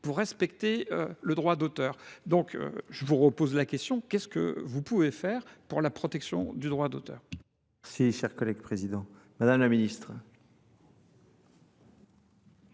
pour respecter le droit d'auteur. Donc, je vous repose la question, qu'est-ce que vous pouvez faire pour la protection du droit d'auteur ? Merci, cher collègue cher collègue président. Madame la ministre.